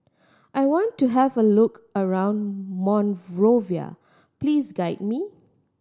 I want to have a look around Monrovia please guide me